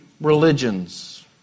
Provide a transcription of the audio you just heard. religions